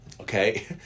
okay